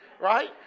right